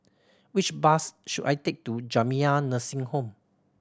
which bus should I take to Jamiyah Nursing Home